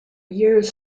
years